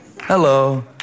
Hello